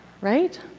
right